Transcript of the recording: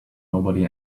nobody